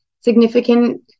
significant